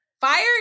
fired